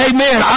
Amen